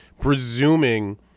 presuming